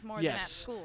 Yes